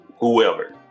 whoever